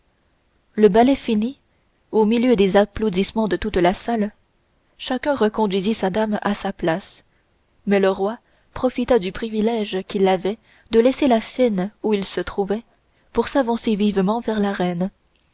le ballet finit au milieu des applaudissements de toute la salle chacun reconduisit sa dame à sa place mais le roi profita du privilège qu'il avait de laisser la sienne où il se trouvait pour s'avancer vivement vers la reine